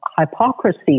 hypocrisy